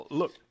look